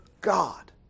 God